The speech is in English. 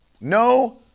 No